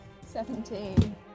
Seventeen